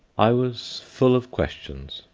i was full of questions,